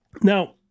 Now